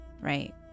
Right